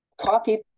coffee